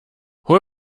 hol